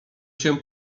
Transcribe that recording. się